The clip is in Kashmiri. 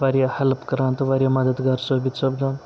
واریاہ ہٮ۪لٕپ کَران تہٕ واریاہ مَددگار ثٲبِت سَپدان